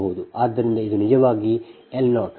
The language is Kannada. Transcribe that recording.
ಆದ್ದರಿಂದ ಇದು ನಿಜವಾಗಿ L 0